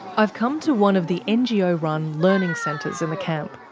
i've come to one of the ngo-run learning centres in the camp.